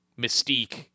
mystique